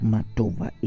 Matova